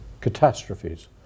catastrophes